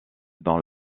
dans